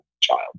child